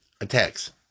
attacks